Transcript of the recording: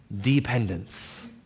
dependence